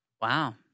Wow